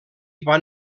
van